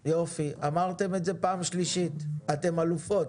יופי, אמרתם את זה בפעם השלישית, אתן אלופות.